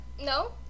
No